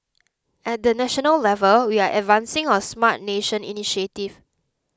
at the national level we are advancing our Smart Nation initiative